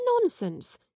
nonsense